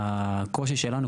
הקושי שלנו,